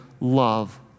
love